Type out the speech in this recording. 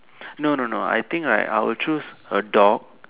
no no no I think right I will choose a dog